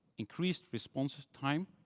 increased response time,